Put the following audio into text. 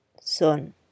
Son